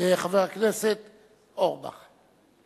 חבר הכנסת אורבך.